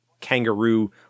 kangaroo